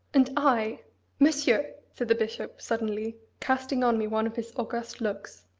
and i monsieur! said the bishop, suddenly, casting on me one of his august looks,